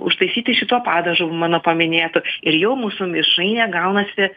užtaisyti šituo padažu mano paminėtu ir jau mūsų mišrainė gaunasi